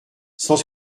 cent